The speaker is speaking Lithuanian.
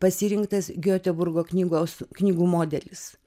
pasirinktas gioteburgo knygos knygų modelis